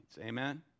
Amen